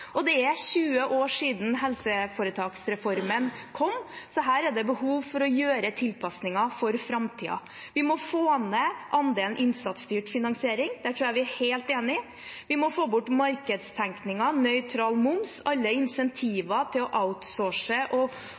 siste. Det er 20 år siden helseforetaksreformen kom, så her er det behov for å gjøre tilpasninger for framtiden. Vi må få ned andelen innsatsstyrt finansiering, der tror jeg vi er helt enige. Vi må få bort markedstenkningen, nøytral moms, alle insentiver til å outsource og